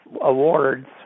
awards